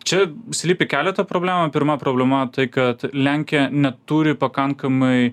čia slypi keleta problemų pirma problema tai kad lenkija neturi pakankamai